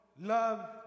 love